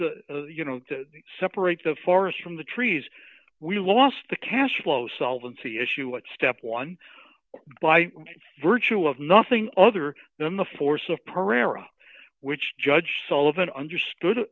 keep you know to separate the forest from the trees we lost the cash flow solvency issue what step one by virtue of nothing other than the force of pereira which judge sullivan understood